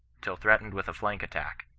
till threatened with a flank attack,